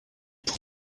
pour